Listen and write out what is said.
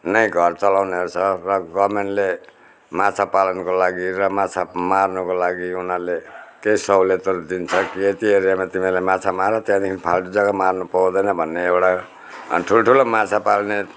नै घर चलाउनेहरू छ र गर्मेन्टले माछा पालनको लागि र माछा मार्नुको लागि उनीहरूले केही सहुलियतहरू दिन्छ कि यति एरियामा तिमीहरूले माछा मार त्यहाँदेखि फाल्टो जग्गा मार्नु पाउँदैन भन्ने एउटा ठुल्ठुलो माछा पाल्ने